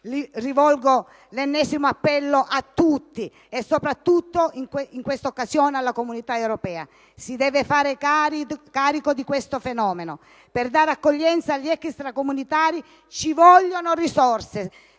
rivolgo l'ennesimo appello a tutti e, soprattutto in questa occasione, all'Unione europea, che si deve fare carico di questo fenomeno. Per dare accoglienza agli extracomunitari ci vogliono risorse,